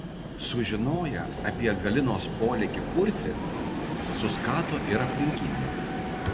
sužinoję apie galinos polėkį kurti suskato ir aplinkiniai